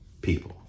people